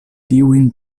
tiujn